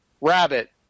rabbit